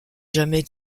jamais